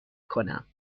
کنم